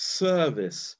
service